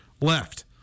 left